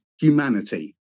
Humanity